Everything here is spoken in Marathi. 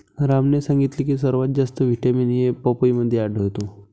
रामने सांगितले की सर्वात जास्त व्हिटॅमिन ए पपईमध्ये आढळतो